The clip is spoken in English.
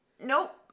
nope